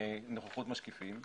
נוכחות משקיפים.